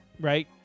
Right